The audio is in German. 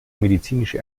medizinische